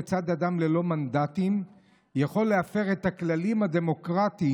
כיצד אדם ללא מנדטים יכול להפר את הכללים הדמוקרטיים,